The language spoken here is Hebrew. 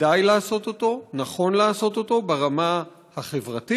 שכדאי לעשות אותו, נכון לעשות אותו ברמה החברתית,